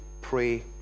pray